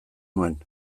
nuen